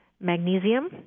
magnesium